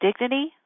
dignity